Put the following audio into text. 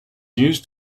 used